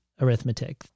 arithmetic